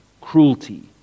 cruelty